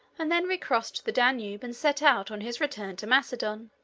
and then recrossed the danube and set out on his return to macedon.